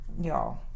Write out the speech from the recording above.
y'all